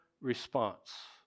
response